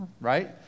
right